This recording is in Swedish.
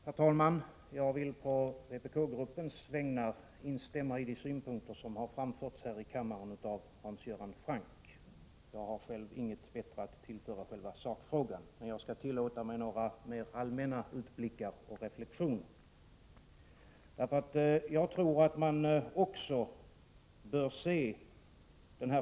Herr talman! Jag vill på vpk-gruppens vägnar instämma i de synpunkter som har framförts här i kammaren av Hans Göran Franck. Jag har själv inget bättre att tillföra själva sakfrågan, men jag skall tillåta mig några mera allmänna utblickar och reflexioner.